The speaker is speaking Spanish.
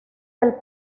del